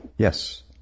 Yes